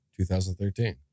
2013